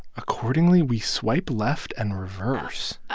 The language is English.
accordingly, we swipe left and reverse.